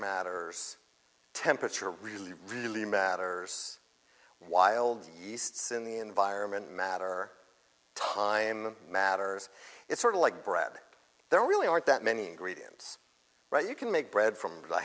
matters temperature really really matters wild in the environment matter time matters it's sort of like bread there really aren't that many greedy ends right you can make bread from a